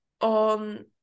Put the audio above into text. on